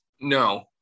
No